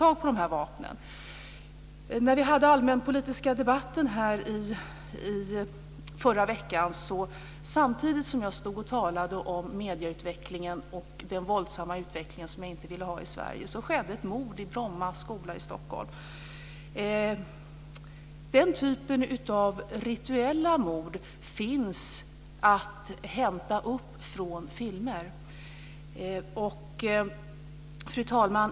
Samtidigt som jag i den allmänpolitiska debatten i förra veckan stod och talade om medieutvecklingen och den våldsamma utveckling som jag inte vill ha i Stockholm. Den typen av rituella mord finns att hämta från filmer. Fru talman!